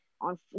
on